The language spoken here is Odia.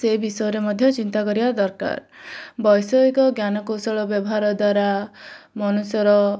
ସେ ବିଷୟରେ ବି ଚିନ୍ତା କରିବା ଦରକାର ବୈଷୟିକ ଜ୍ଞାନକୌଶଳ ବ୍ୟବହାର ଦ୍ଵାରା ମନୁଷ୍ୟର